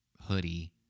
hoodie